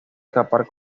escapar